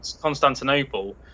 Constantinople